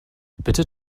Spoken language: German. bitte